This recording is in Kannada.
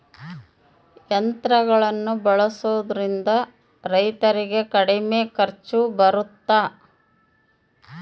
ಯಂತ್ರಗಳನ್ನ ಬಳಸೊದ್ರಿಂದ ರೈತರಿಗೆ ಕಡಿಮೆ ಖರ್ಚು ಬರುತ್ತಾ?